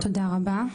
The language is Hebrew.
תודה רבה.